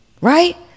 Right